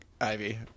Ivy